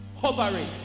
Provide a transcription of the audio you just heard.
hovering